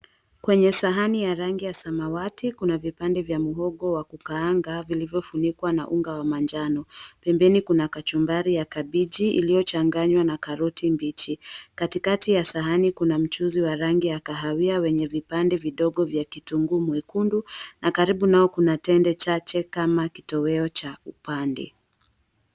Kwenye sahani ya rangi ya samawati kuna vipande vya mgogo wa kukaanga vilivyofunikwa na unga wa manjano, pembeni kuna kachumbari ya kabichi iliyochanganywa na karoti mbichi, katikati ya sahani kuna mchuuzi wa rangi ya kahawia wenye vipande vidogo vya kitunguu mwekundu na karibu nao kuna tende chache kama kitoweo cha upande.